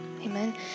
Amen